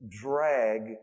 drag